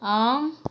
ஆம்